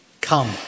come